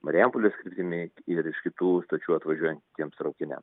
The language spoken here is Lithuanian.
marijampolės kryptimi ir iš kitų stočių atvažiuojantiems traukiniam